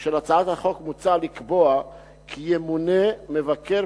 של הצעת החוק מוצע לקבוע כי ימונה מבקר